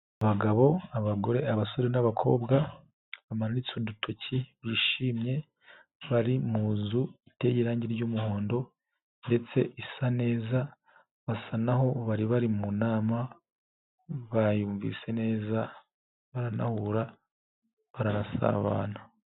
Abagabo, abagore, abasore n'abakobwa bamanitse udutoki bishimye, bari mu nzu iteye irangi ry'umuhondo ndetse isa neza, basa n'aho bari bari mu nama, bayumvise neza baranahura, baranasabana.